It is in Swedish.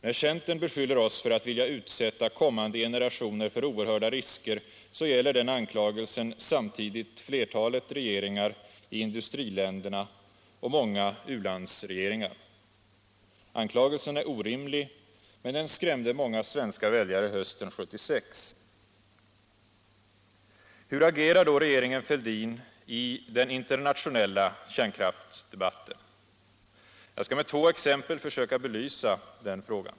När centern beskyller oss för att vilja utsätta kommande generationer för oerhörda risker så gäller den anklagelsen samtidigt flertalet regeringar i industriländerna och många u-landsregeringar. Anklagelsen är orimlig — men den skrämde många svenska väljare hösten 1976. Hur agerar då regeringen Fälldin i den internationella kärnkraftsdebatten? Jag skall med två exempel försöka belysa den frågan.